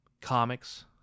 comics